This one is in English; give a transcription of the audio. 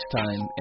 time